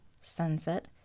sunset